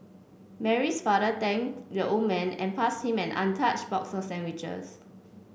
Mary's father thanked the old man and passed him an untouched box of sandwiches